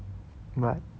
but